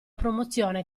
promozione